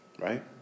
right